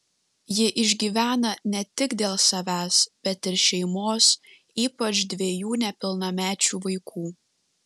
ji išgyvena ne tik dėl savęs bet ir šeimos ypač dviejų nepilnamečių vaikų